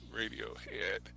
Radiohead